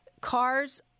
Cars